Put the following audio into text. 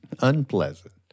Unpleasant